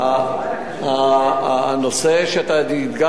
הנושא שאתה הדגשת,